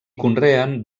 conreen